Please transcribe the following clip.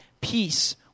peace